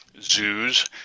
zoos